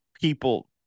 people